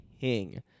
king